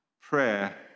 prayer